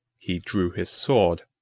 he drew his sword,